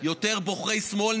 יותר בוחרי שמאל,